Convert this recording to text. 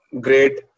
great